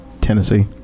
Tennessee